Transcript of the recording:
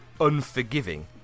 unforgiving